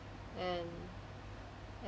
and